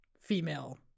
female